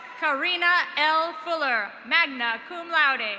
corina l fuller, magna cum laude. and